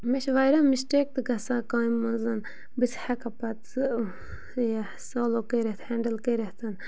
مےٚ چھِ واریاہ مِسٹیک تہِ گژھان کامہِ منٛز بہٕ چھَس ہٮ۪کان پَتہٕ سُہ یہِ سالوٗ کٔرِتھ ہٮ۪نٛڈٕل کٔرِتھ